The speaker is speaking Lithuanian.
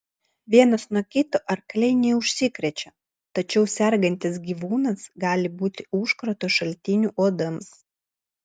vienas nuo kito arkliai neužsikrečia tačiau sergantis gyvūnas gali būti užkrato šaltiniu uodams